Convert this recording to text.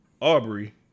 Aubrey